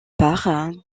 part